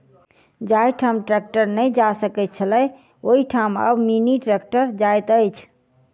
जाहि ठाम ट्रेक्टर नै जा सकैत छलै, ओहि ठाम आब मिनी ट्रेक्टर जाइत अछि